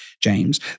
James